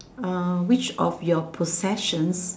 uh which of your professions